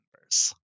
members